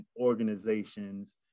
organizations